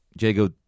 Jago